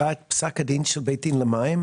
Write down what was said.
פסק הדין של בית דין למים?